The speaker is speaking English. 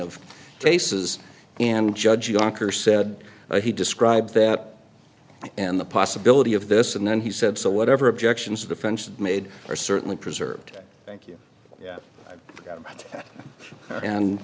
of faces and judge yonkers said he described that and the possibility of this and then he said so whatever objections the french made are certainly preserved thank you and